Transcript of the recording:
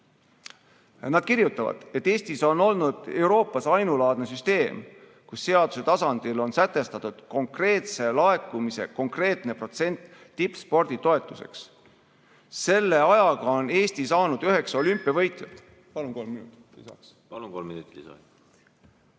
Nad kirjutavad: "Eestis on olnud Euroopas ainulaadne süsteem, kus seaduse tasandil on sätestatud konkreetse laekumise konkreetne % tippspordi toetuseks. Selle ajaga on Eesti saanud 9 olümpiavõitjat ..." Palun kolm minutit